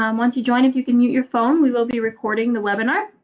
um once you join if you can mute your phone we will be recording the webinar.